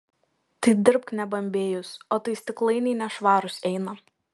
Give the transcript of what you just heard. tai dirbk nebambėjus o tai stiklainiai nešvarūs eina